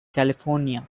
california